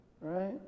right